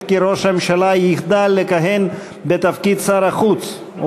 כי ראש הממשלה יחדל לכהן בתפקיד שר החוץ,